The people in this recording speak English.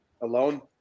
Alone